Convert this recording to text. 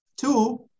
Two